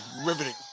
riveting